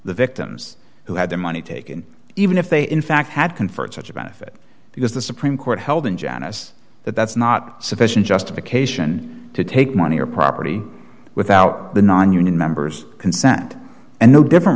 the victims who had their money taken even if they in fact had conferred such a benefit because the supreme court held in janice that that's not sufficient justification to take money or property without the nonunion members consent and no different